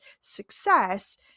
success